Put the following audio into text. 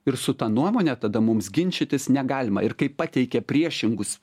ir su ta nuomone tada mums ginčytis negalima ir kaip pateikia priešingus